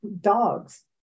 dogs